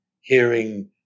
hearing